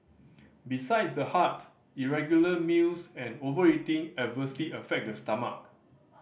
besides the heart irregular meals and overeating adversely affect the stomach